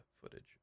footage